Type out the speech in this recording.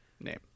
name